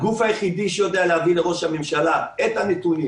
הגוף היחיד שיודע להביא לראש הממשלה את הנתונים